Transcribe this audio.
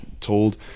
told